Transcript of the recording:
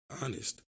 honest